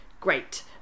great